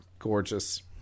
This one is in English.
gorgeous